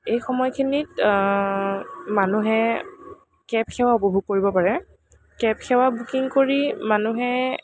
এই সময়খিনিত মানুহে কেব সেৱা উপভোগ কৰিব পাৰে কেব সেৱা বুকিং কৰি মানুহে